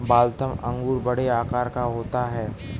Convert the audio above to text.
Waltham अंगूर बड़े आकार का होता है